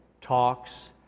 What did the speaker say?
talks